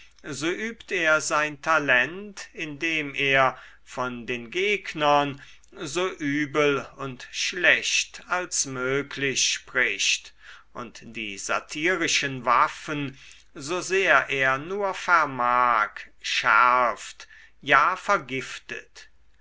so übt er sein talent indem er von den gegnern so übel und schlecht als möglich spricht und die satirischen waffen so sehr er nur vermag schärft ja vergiftet